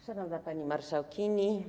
Szanowna Pani Marszałkini!